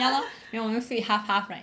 ya lor then 我们 split half half right